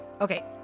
Okay